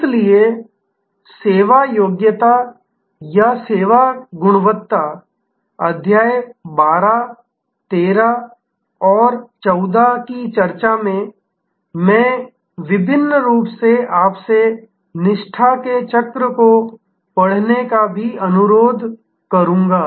इसलिए सेवा योग्यता या सेवा गुणवत्ता अध्याय 12 13 और 14 की चर्चा में मैं विशेष रूप से आपसे निष्ठा के चक्र को पढ़ने का भी अनुरोध करूंगा